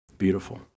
Beautiful